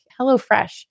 HelloFresh